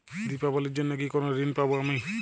দীপাবলির জন্য কি কোনো ঋণ পাবো আমি?